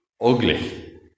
ugly